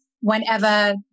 whenever